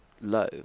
low